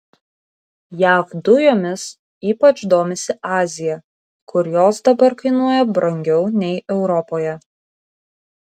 jav dujomis ypač domisi azija kur jos dabar kainuoja brangiau nei europoje